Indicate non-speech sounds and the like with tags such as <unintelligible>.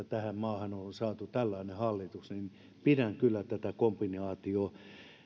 <unintelligible> tähän maahan on on saatu tällainen hallitus pidän kyllä tätä kombinaatiota